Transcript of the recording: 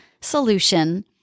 solution